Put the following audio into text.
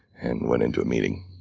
and went into a meeting.